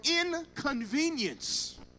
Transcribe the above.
inconvenience